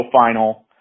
final